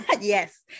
yes